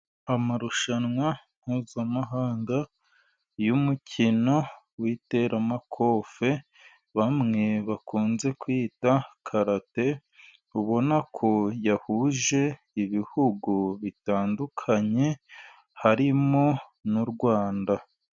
Amarushanwa mpuzamahanga y’umukino w’iteramakofe, bamwe bakunze kwita karate, ubona ko yahuje ibihugu bitandukanye harimo n’u Rwanda.